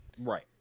right